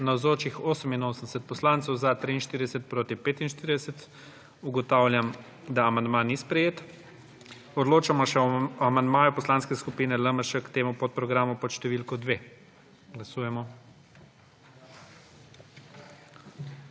45. (Za je glasovalo 43.)(Proti 45.) Ugotavljam, da amandma ni sprejet. Odločamo še o amandmaju Poslanske skupine LMŠ k temu podprogramu pod številko 2. Glasujemo.